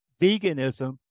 veganism